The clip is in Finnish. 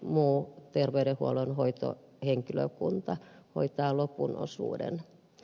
muu terveydenhuollon hoitohenkilökunta hoitaa lopun osuuden